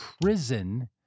prison